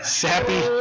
sappy